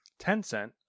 Tencent